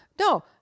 No